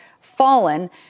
fallen